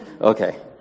Okay